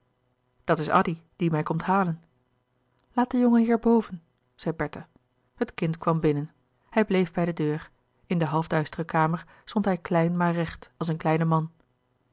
dat is addy die mij komt halen laat den jongenheer boven zei bertha het kind kwam binnen hij bleef bij de deur in de half duistere kamer stond hij klein maar recht als een kleine man